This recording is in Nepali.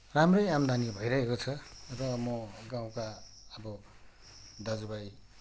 राम्रै आमदानी भइरहेको छ र म गाउँका अब दाजुभाइ